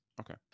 Okay